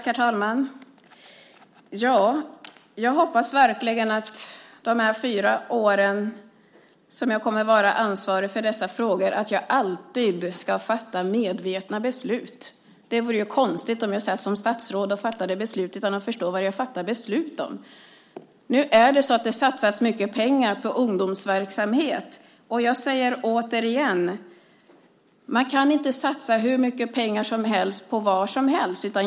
Herr talman! Jag hoppas verkligen att jag de fyra år som jag kommer att vara ansvarig för dessa frågor alltid ska fatta medvetna beslut. Det vore konstigt om jag satt som statsråd och fattade beslut utan att förstå vad jag fattade beslut om. Nu är det så att det satsas mycket pengar på ungdomsverksamhet. Jag säger återigen att man inte kan satsa hur mycket pengar som helst på vad som helst.